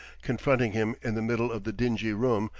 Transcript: confronting him in the middle of the dingy room,